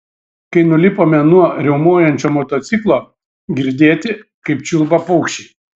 kai nulipome nuo riaumojančio motociklo girdėti kaip čiulba paukščiai